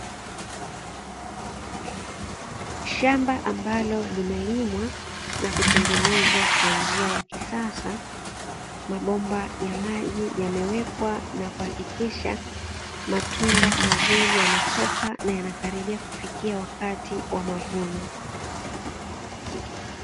Shamba ambalo limelimwa na kutengenezwa kwa njia ya kisasa, mabomba ya maji yamewekwa na kuhakikisha matunda mazuri yametoka na yanakaribia kufikia wakati wa mavuno.